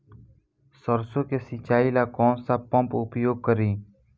सरसो के सिंचाई ला कौन सा पंप उपयोग करी?